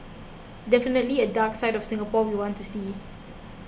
definitely a dark side of Singapore we want to see